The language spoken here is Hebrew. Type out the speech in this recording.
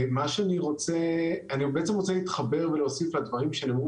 אני רוצה להתחבר ולהוסיף לדברים שנאמרו